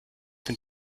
been